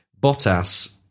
Bottas